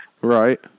Right